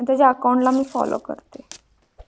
त्याच्या अकाऊंटला मी फॉलो करते